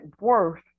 worth